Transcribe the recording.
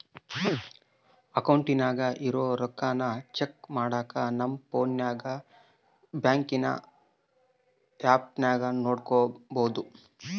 ಅಕೌಂಟಿನಾಗ ಇರೋ ರೊಕ್ಕಾನ ಚೆಕ್ ಮಾಡಾಕ ನಮ್ ಪೋನ್ನಾಗ ಬ್ಯಾಂಕಿನ್ ಆಪ್ನಾಗ ನೋಡ್ಬೋದು